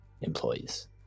employees